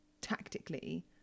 tactically